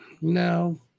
no